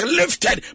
lifted